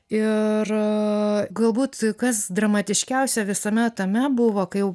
ir galbūt kas dramatiškiausia visame tame buvo kai jau